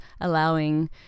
allowing